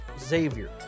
Xavier